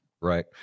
Right